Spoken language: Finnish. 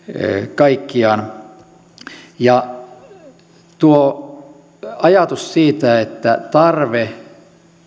kaikkiaan tuo ajatus siitä että tarve